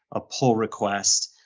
a pull request.